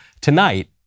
Tonight